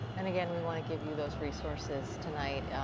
and again, we want to give you those resources tonight.